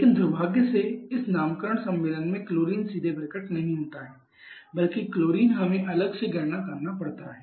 लेकिन दुर्भाग्य से इस नामकरण सम्मेलन में क्लोरीन सीधे प्रकट नहीं होता है बल्कि क्लोरीन हमें अलग से गणना करना पड़ता है